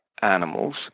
animals